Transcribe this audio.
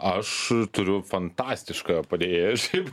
aš turiu fantastišką padėjėją šiaip